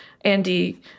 Andy